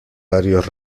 varios